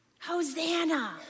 Hosanna